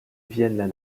viennent